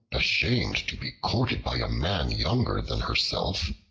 ashamed to be courted by a man younger than herself,